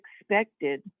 expected